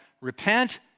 repent